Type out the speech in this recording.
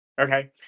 okay